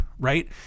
right